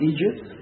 Egypt